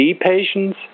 patients